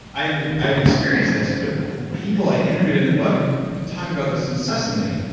i i have experienced this. but the people i interviewed in the book talk about this incessantly.